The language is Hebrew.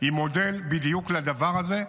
היא מודל בדיוק לדבר הזה,